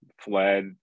fled